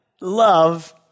love